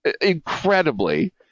incredibly